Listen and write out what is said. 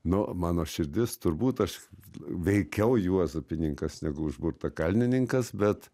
nu mano širdis turbūt aš veikiau juozopininkas negu užburtakaltininkas bet